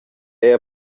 era